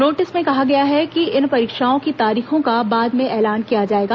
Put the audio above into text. notice में कहा गया है कि इन परीक्षाओं की तारीखों का बाद में ऐलान किया जाएगा